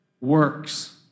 works